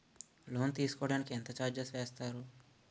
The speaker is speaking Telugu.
లోన్ తీసుకోడానికి ఎంత చార్జెస్ వేస్తారు?